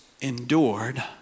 endured